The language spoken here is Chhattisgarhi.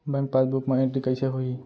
बैंक पासबुक मा एंटरी कइसे होही?